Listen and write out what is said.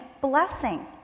blessing